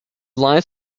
lies